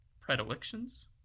predilections